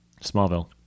Smallville